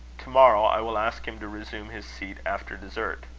to-morrow, i will ask him to resume his seat after dessert.